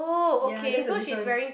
ya there's a difference